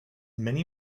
many